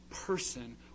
person